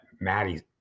maddie